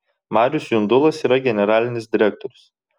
marius jundulas yra generalinis direktorius